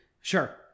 Sure